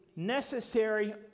necessary